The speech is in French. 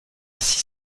six